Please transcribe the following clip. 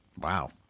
Wow